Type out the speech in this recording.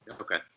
Okay